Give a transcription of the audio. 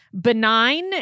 benign-